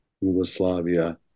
Yugoslavia